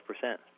percent